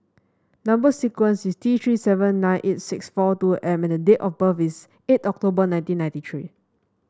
number sequence is T Three seven nine eight six four two M and date of birth is eight October nineteen ninety three